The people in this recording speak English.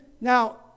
Now